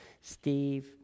steve